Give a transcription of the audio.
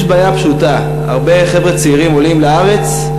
יש בעיה פשוטה: הרבה חבר'ה צעירים עולים לארץ,